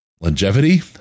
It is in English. longevity